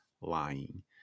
lying